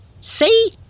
see